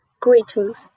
Greetings